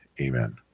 Amen